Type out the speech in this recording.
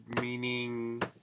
meaning